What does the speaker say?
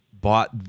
bought